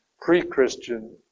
pre-Christian